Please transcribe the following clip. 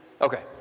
Okay